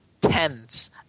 tens